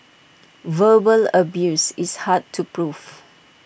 verbal abuse is hard to proof